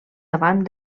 davant